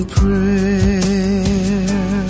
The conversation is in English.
prayer